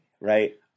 Right